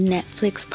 Netflix